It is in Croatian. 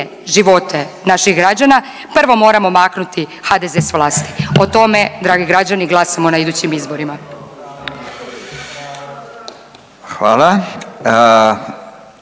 živote naših građana, prvo moramo maknuti HDZ s vlasti. O tome dragi građani glasamo na idućim izborima.